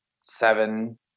seven